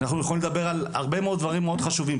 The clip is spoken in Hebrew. אנחנו יכולים לדבר על הרבה דברים מאוד חשובים,